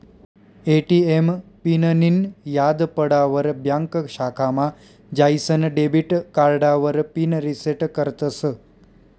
ATM पिननीं याद पडावर ब्यांक शाखामा जाईसन डेबिट कार्डावर पिन रिसेट करतस